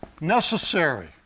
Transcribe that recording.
necessary